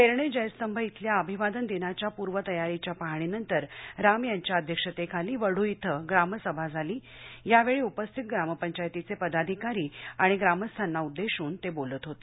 पेरणे जयस्तंभ इथल्या अभिवादन दिनाच्या पूर्वतयारीच्या पाहणीनंतर राम यांच्या अध्यक्षतेखाली वढू इथं ग्रामसभा झाली यावेळी उपस्थित ग्रामपंचायतीचे पदाधिकारी आणि ग्रामस्थांना उद्देशून ते बोलत होते